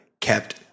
kept